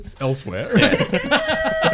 elsewhere